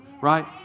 Right